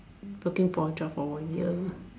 looking for a job for a year